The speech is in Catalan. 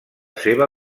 seva